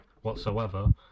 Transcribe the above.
whatsoever